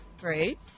Great